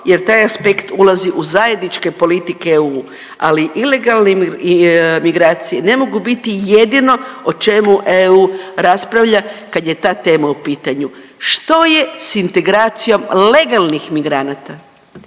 jer taj aspekt ulazi u zajedničke politike EU, ali ilegalne migracije ne mogu biti jedino o čemu EU raspravlja kad je ta tema u pitanju. Što je s integracijom legalnih migranata,